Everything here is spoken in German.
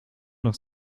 noch